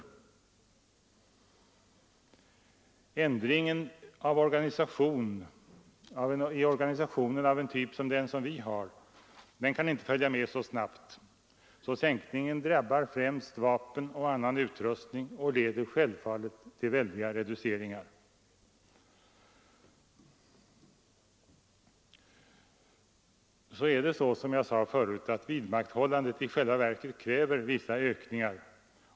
Omställningen i en organisation av den typ som vi har kan inte följa med så snabbt, och därför drabbar sänkningen först och främst vapen och annan utrustning och leder självfallet till väldiga reduceringar. Som jag sade tidigare kräver också bara vidmakthållandet i själva verket vissa ökningar.